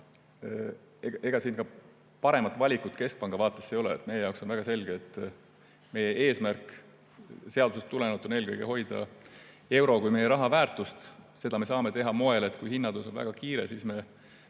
ega siin paremat valikut keskpanga vaates ei ole. Meie jaoks on väga selge, et meie eesmärk seadusest tulenevalt on eelkõige hoida euro kui meie raha väärtust. Seda me saame teha sel moel, et kui hinnatõus on väga kiire, siis me